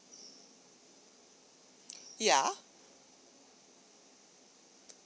ya